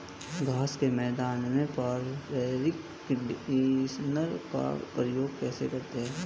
घास के मैदान में पारंपरिक कंडीशनर का प्रयोग कैसे करते हैं?